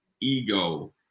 ego